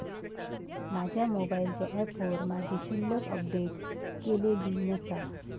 माझ्या मोबाईलच्या ऍपवर माझी शिल्लक अपडेट केलेली नसा